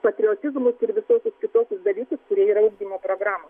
patriotizmus ir visokius kitokius dalykus kurie yra ugdymo programoj